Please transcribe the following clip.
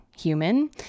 human